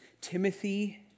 Timothy